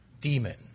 demon